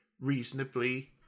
reasonably